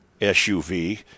suv